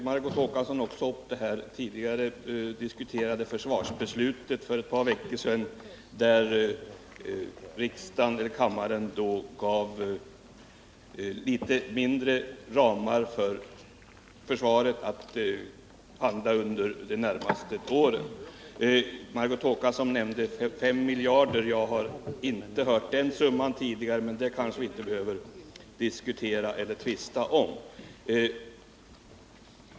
Margot Håkansson tog också upp det tidigare diskuterade försvarsbeslutet, då kammaren för ett par veckor sedan gav försvaret litet snävare ramar för de närmaste åren. Margot Håkansson nämnde siffran 5 miljarder. Den summan har jag inte hört talas om tidigare, men det kanske vi inte behöver diskutera eller tvista om.